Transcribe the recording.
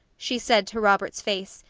she said to robert's face,